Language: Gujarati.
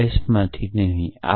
q માંથી s મળે છે